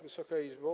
Wysoka Izbo!